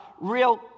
real